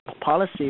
policy